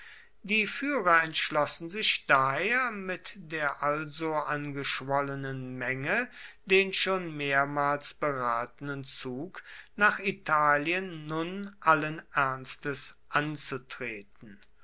die führer entschlossen sich daher mit der also angeschwollenen menge den schon mehrmals beratenen zug nach italien nun allen ernstes anzutreten